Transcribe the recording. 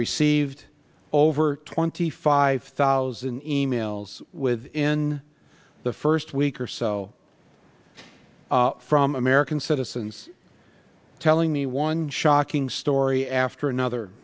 received over twenty five thousand e mails within the first week or so from american citizens telling me one shocking story after another